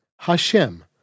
Hashem